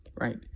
Right